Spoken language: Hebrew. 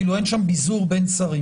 אפילו אין שם ביזור בין שרים